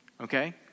okay